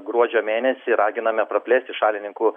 gruodžio mėnesį raginame praplėsti šalininkų